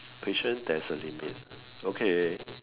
patience there is a limit okay